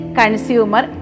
consumer